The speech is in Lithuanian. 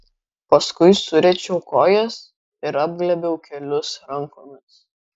paskui suriečiau kojas ir apglėbiau kelius rankomis